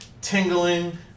tingling